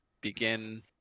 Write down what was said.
begin